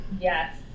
Yes